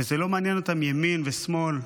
וזה לא מעניין אותם ימין ושמאל.